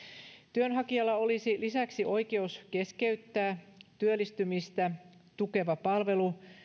työnhakijalla olisi lisäksi oikeus keskeyttää työllistymistä tukeva palvelu